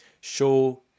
show